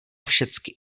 všecky